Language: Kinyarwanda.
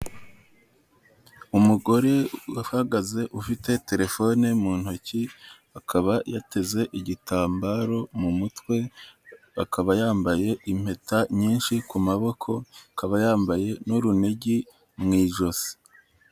Umugore wahagaze ufite telefone mu ntoki akaba yateze igitambaro mu mutwe akaba yambaye impeta nyinshi ku maboko akaba yambaye n'urunigi mu ijosi.